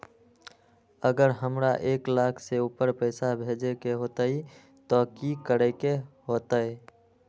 अगर हमरा एक लाख से ऊपर पैसा भेजे के होतई त की करेके होतय?